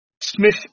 Smith